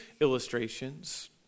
illustrations